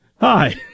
Hi